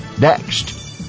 next